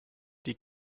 die